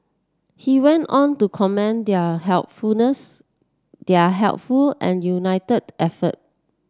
he went on to commend their helpfulness their helpful and united effort